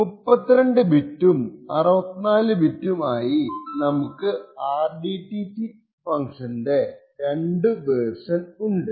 32 ബിറ്റും 64 ബിറ്റും ആയി നമുക്ക് rdtsc ഫങ്ക്ഷന്റെ രണ്ടു വേർഷൻ ഉണ്ട്